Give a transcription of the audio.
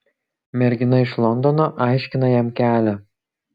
mergina iš londono aiškina jam kelią